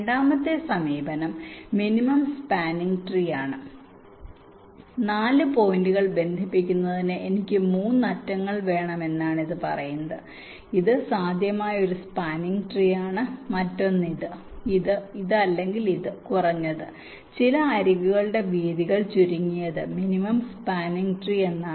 രണ്ടാമത്തെ സമീപനം minimum spanning tree ആണ് 4 പോയിന്റുകൾ ബന്ധിപ്പിക്കുന്നതിന് എനിക്ക് 3 അറ്റങ്ങൾ വേണം എന്ന് പറയുന്നത് ഇതാണ് ഇത് സാധ്യമായ ഒരു സ്പാനിങ് ട്രീ ആണ് മറ്റൊന്ന് ഇത് ഇത് ഇത് അല്ലെങ്കിൽ ഇത് കുറഞ്ഞത് ചില അരികുകളുടെ വീതികൾ ചുരുങ്ങിയത് മിനിമം സ്പാനിങ് ട്രീ എന്നാണ്